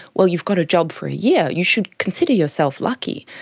well, you've got a job for a year, you should consider yourself lucky.